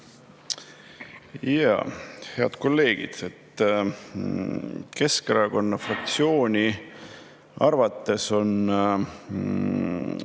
Head kolleegid! Keskerakonna fraktsiooni arvates on